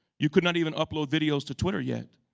you could not even upload videos to twitter yet.